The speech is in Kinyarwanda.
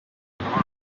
perezida